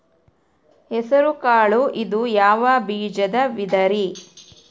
ಹೆಸರುಕಾಳು ಇದು ಯಾವ ಬೇಜದ ವಿಧರಿ?